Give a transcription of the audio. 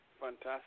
Fantastic